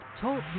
Talk